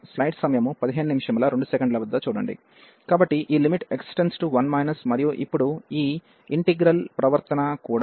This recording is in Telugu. కాబట్టి ఈ x→1 మరియు ఇప్పుడు ఈ ఇంటిగ్రల్ ప్రవర్తన కూడా